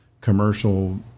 commercial